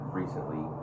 recently